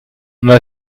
mon